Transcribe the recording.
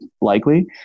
likely